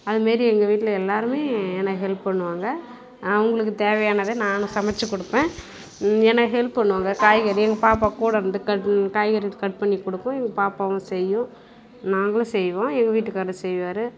அதுமாரி எங்கள் வீட்டில் எல்லோருமே எனக்கு ஹெல்ப் பண்ணுவாங்க அவங்களுக்கு தேவையானதை நானும் சமைச்சி கொடுப்பேன் ஏன்னா ஹெல்ப் பண்ணுவாங்க காய்கறி எங்கள் பாப்பா கூட இருந்து கட் காய்கறி கட் பண்ணி கொடுக்கும் எங்கள் பாப்பாவும் செய்யும் நாங்களும் செய்வோம் எங்கள் வீட்டுக்காரும் செய்வார்